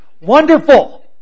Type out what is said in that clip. Wonderful